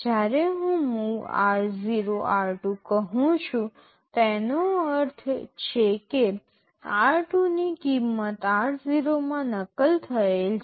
જ્યારે હું MOV r0 r2 કહું છું તેનો અર્થ એ છે કે r2 ની કિંમત r0 માં નકલ થયેલ છે